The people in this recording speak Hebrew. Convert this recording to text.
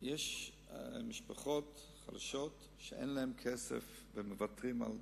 יש משפחות חלשות שאין להן כסף ומוותרות על תרופות.